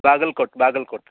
Bagalkot Bagalkot